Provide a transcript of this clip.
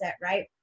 Right